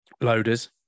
loaders